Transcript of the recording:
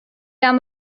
down